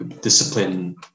discipline